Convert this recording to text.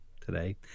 today